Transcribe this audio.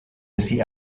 missy